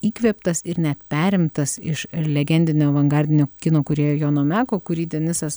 įkvėptas ir net perimtas iš legendinio avangardinio kino kūrėjo jono meko kurį denisas